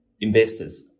investors